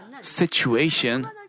situation